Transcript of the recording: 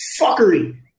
Fuckery